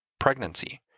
pregnancy